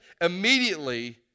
immediately